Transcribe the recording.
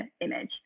image